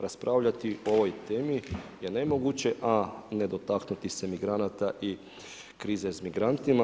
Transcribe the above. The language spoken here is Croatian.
Raspravljati o ovoj temi je nemoguće a ne dotaknuti se migranata i krize s migrantima.